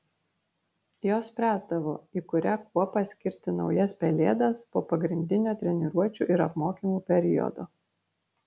jos spręsdavo į kurią kuopą skirti naujas pelėdas po pagrindinio treniruočių ir apmokymų periodo